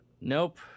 Nope